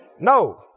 No